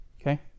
Okay